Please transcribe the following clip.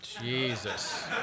Jesus